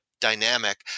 dynamic